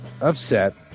upset